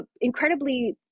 Incredibly